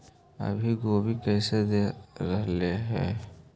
अभी गोभी कैसे दे रहलई हे?